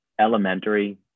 Elementary